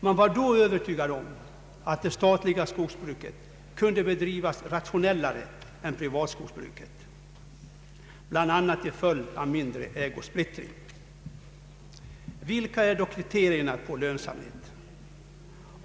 Man var då övertygad om att det statliga skogsbruket kunde bedrivas mer rationellt än privatskogsbruket, bland annat till följd av mindre ägosplittring. Vilka är då kriterierna för lönsamhet?